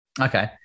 Okay